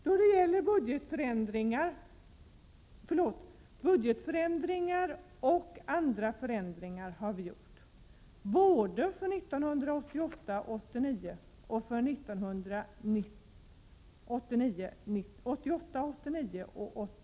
Vi har föreslagit budgetförändringar och andra förändringar både för 1988 90.